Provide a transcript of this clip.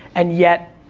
and yet,